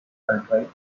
cartwright